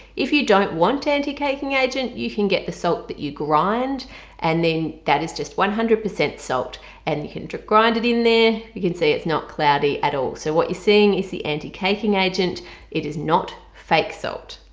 if you don't want anti-caking agent you can get the salt that you grind and then that is just one hundred percent salt and you can just grind it in there you can see it's not cloudy at all so what you're seeing is the anti-caking agent it is not fake salt!